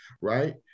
right